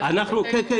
יהיה להם יותר --- כן,